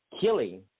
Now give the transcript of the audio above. killing